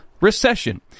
recession